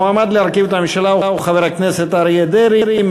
המועמד להרכיב את הממשלה הוא חבר הכנסת אריה דרעי.